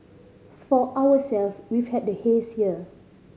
for ourselves we've had the haze year